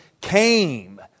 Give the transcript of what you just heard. came